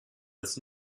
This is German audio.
als